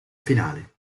finale